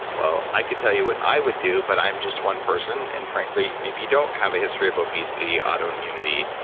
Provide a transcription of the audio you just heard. well i could tell you what i would do but i'm just one person and frankly, maybe you don't have a history of obesity, autoimmunity,